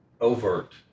overt